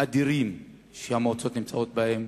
אדירים שהמועצות נמצאות בהם.